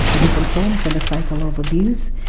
the different forms, and the cycle of abuse,